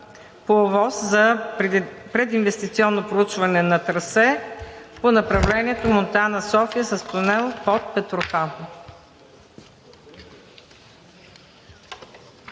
по ОВОС за прединвестиционно проучване на трасе по направлението Монтана – София с тунел под Петрохан.